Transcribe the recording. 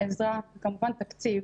עזרה וכמובן תקציב,